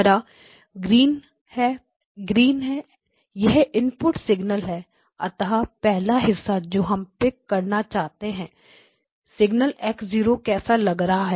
हरा X है यह इनपुट सिगनल है अतः पहला हिस्सा जो हम पिक करनाचाहते हैं सिग्नल X0 कैसा लग रहा है